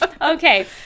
Okay